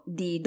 di